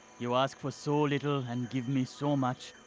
you ask for so little and give me so much.